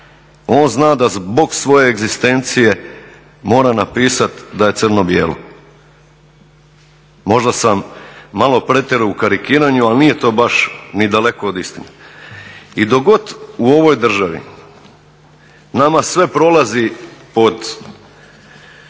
On zna da zbog svoje egzistencije mora napisati da je crno bijelo. Možda sam malo pretjerao u karikiranju, ali nije to baš ni daleko od istine. I dok god u ovoj državi nama sve prolazi pod